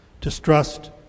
distrust